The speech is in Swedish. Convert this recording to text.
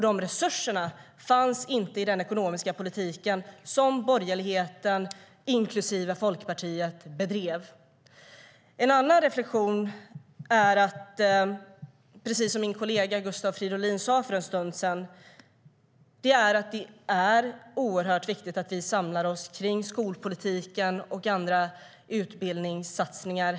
De resurserna fanns inte i den ekonomiska politik som borgerligheten, inklusive Folkpartiet, bedrev. En annan reflexion är att det, precis som min kollega Gustav Fridolin sa för en stund sedan, är oerhört viktigt att vi här i riksdagen samlar oss kring skolpolitiken och andra utbildningssatsningar.